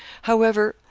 however,